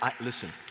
listen